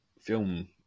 film